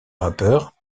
rappeur